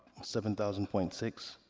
seven thousand point six,